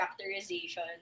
characterization